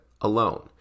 alone